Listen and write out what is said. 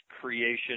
creation